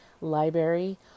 library